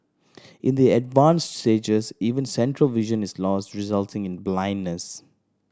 in the advanced stages even central vision is lost resulting in blindness